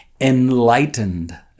enlightened